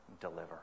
deliver